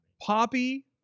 Poppy